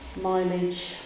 mileage